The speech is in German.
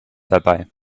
dabei